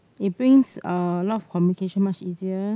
it brings uh a lot of communication much easier